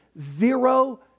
zero